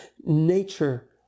nature